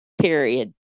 period